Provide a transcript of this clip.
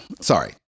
Sorry